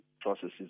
processes